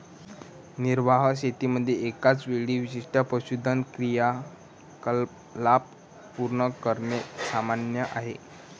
निर्वाह शेतीमध्ये एकाच वेळी विशिष्ट पशुधन क्रियाकलाप पूर्ण करणे सामान्य आहे